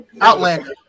Outlander